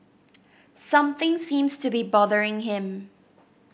something seems to be bothering him